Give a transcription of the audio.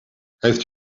heeft